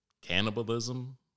Cannibalism